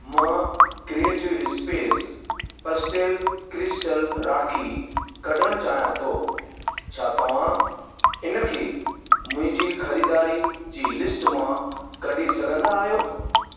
मां creative space pastel crystal राखी कढणु चाहियां थो छा तव्हां इन खे मुंहिंजी ख़रीदारी जी लिस्ट मां कढी सघंदा आहियो